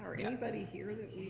like anybody here that